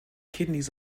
kidneys